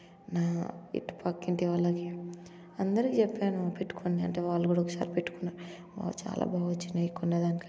నా ఇటుపక్కింటి వాళ్ళకి అందరికి చెప్పాను పెట్టుకోండి అంటే వాళ్ళు కూడా ఒకసారి పెట్టుకున్నారు చాలా బా వచ్చినాయి కొన్ని అదైతే